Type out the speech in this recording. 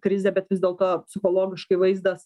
krizė bet vis dėlto psichologiškai vaizdas